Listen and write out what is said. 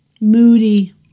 Moody